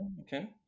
Okay